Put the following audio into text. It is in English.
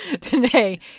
today